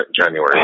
January